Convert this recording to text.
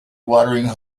watering